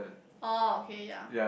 oh okay ya